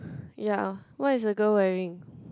ya what is the girl wearing